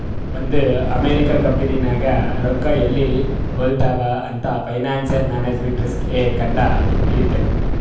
ಒಂದ್ ಅಮೆರಿಕಾ ಕಂಪನಿನಾಗ್ ರೊಕ್ಕಾ ಎಲ್ಲಿ ಹೊಲಾತ್ತಾವ್ ಅಂತ್ ಫೈನಾನ್ಸಿಯಲ್ ಮ್ಯಾನೇಜ್ಮೆಂಟ್ ರಿಸ್ಕ್ ಎ ಕಂಡ್ ಹಿಡಿತ್ತು